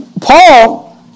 Paul